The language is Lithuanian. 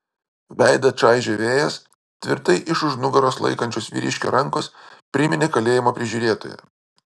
veidą čaižė vėjas tvirtai iš už nugaros laikančios vyriškio rankos priminė kalėjimo prižiūrėtoją